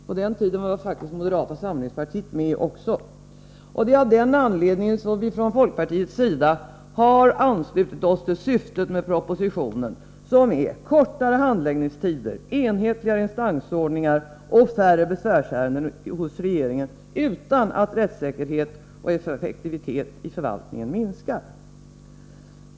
På den tiden var faktiskt moderata samlingspartiet också med i regeringen. Det är av den anledningen som vi från folkpartiets sida har anslutit oss till syftet med den översyn som föreslås i propositionen, nämligen att uppnå kortare handläggningstider, en enhetligare instansordning och färre besvärsärenden hos regeringen utan att rättssäkerheten eller effektiviteten i förvaltningen minskar.